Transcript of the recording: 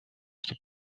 что